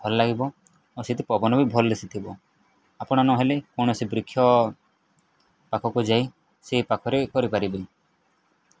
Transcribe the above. ଭଲ ଲାଗିବ ଆଉ ସେଠ ପବନ ବି ଭଲରେ ଆସିିଥିବ ଆପଣ ନହେଲେ କୌଣସି ବୃକ୍ଷ ପାଖକୁ ଯାଇ ସେ ପାଖରେ କରିପାରିବେ